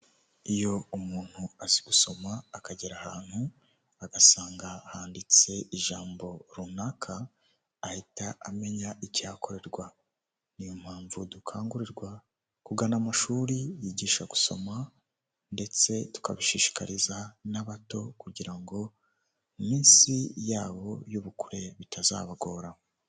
Iyo umuntu azi gusoma akagera ahantu agasanga handitse ijambo runaka, ahita amenya icyakorerwa, niyo mpamvu dukangurirwa kugana'amashuri yigisha gusoma ndetse tukabishishikariza n'abato kugira ngo iminsi yabo y'ubukure bitazabagora.